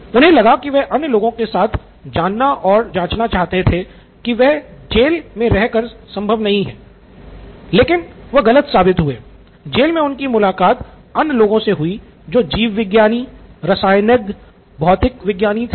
उन्हे लगा की जो वह अन्य लोगों के साथ जानना और जाँचना चाहते थे वह एक जेल मे रह कर संभव नहीं है लेकिन वह गलत थे जेल मे उनकी मुलाक़ात अन्य लोग से हुई जो जीवविज्ञानी रसायनज्ञ भौतिक विज्ञानी थे